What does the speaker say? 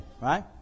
right